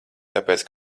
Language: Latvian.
tāpēc